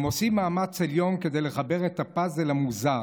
הם עושים מאמץ עליון לחבר את הפאזל המוזר,